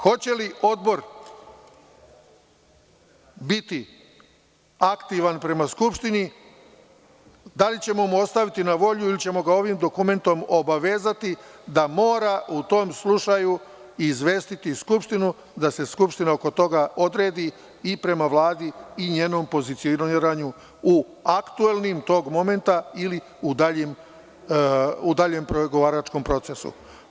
Hoće li Odbor biti aktivan prema Skupštini, da li ćemo mu ostaviti na volju, ili ćemo ga ovim dokumentom obavezati da mora u tom slučaju izvestiti Skupštinu da se Skupština oko toga odredi i prema Vladi i njenom poziciranju u aktuelnom momentu, ili u daljem pregovaračkom procesu?